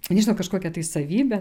nežinau kažkokią tai savybę